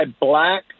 black